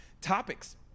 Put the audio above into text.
topics